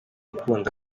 ukunda